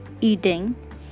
eating